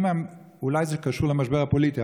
אולי זה קשור למשבר הפוליטי,